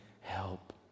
Help